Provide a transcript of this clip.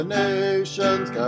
nations